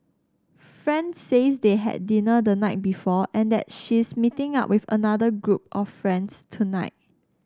friend says they had dinner the night before and that she's meeting up with another group of friends tonight